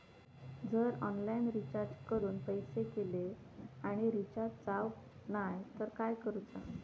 जर online recharge करून पैसे गेले आणि रिचार्ज जावक नाय तर काय करूचा?